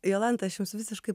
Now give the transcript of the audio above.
jolanta aš jums visiškai